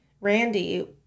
Randy